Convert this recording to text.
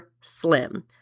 slim